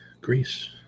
Greece